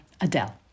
Adele